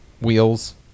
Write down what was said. wheels